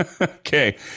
Okay